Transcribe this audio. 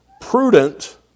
prudent